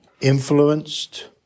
influenced